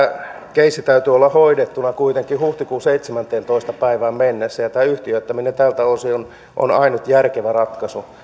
keissin täytyy olla hoidettuna kuitenkin huhtikuun seitsemänteentoista päivään mennessä tämä yhtiöittäminen tältä osin on ainut järkevä ratkaisu